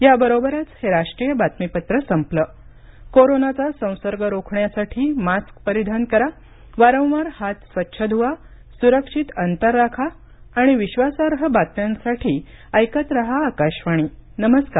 या बरोबरच हे राष्ट्रीय बातमीपत्र संपलं कोरोनाचा संसर्ग रोखण्यासाठी मास्क परिधान करा वारंवार हात स्वच्छ धुवा सुरक्षित अंतर राखा आणि विश्वासार्ह बातम्यांसाठी ऐकत राहा आकाशवाणी नमस्कार